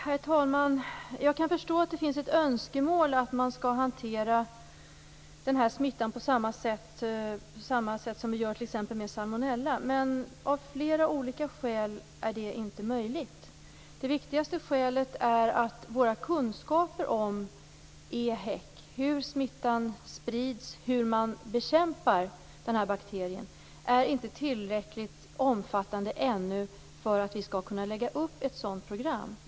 Herr talman! Jag kan förstå att det finns ett önskemål att hantera denna smitta på samma sätt som med t.ex. salmonella. Av flera olika skäl är det inte möjligt. Det viktigaste skälet är att våra kunskaper om EHEC - hur smittan sprids och hur bakterien skall bekämpas - ännu inte är tillräckligt omfattande för att vi skall kunna lägga upp ett sådant program.